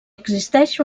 existeix